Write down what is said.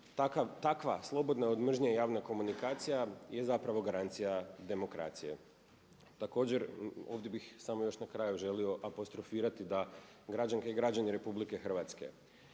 takva slobodna od mržnje javna komunikacija je zapravo garancija demokracije. Također, ovdje bih samo još na kraju želio apostrofirati da građanke i građani RH a